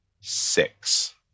six